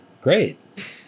Great